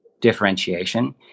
differentiation